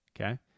okay